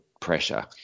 pressure